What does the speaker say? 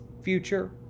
future